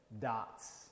dots